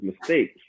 mistakes